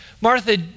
Martha